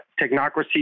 technocracy